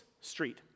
Street